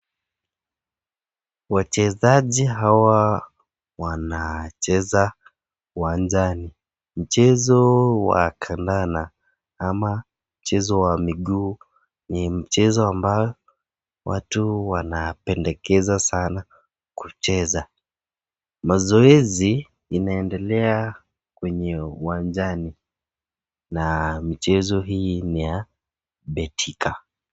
Wachezaji hawa wanacheza uwanjani. Mchezo wa kandanda ama mchezo wa miguu ni mchezo ambao watu wanapendekeza sana kucheza. Mazoezi inaendelea kwenye uwanjani na michezo hii ni ya Betika.